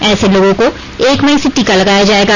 ऐसे लोगों को एक मई से टीका लगाया जाएगा